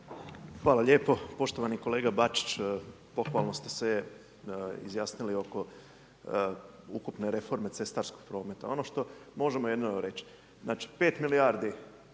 Hvala lijepo. Poštovani kolega Bačić, pohvalno ste se izjasnili oko ukupne reforme cestarskog prometa. Ono što možemo jedino reći, znači 5 milijardi